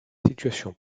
situation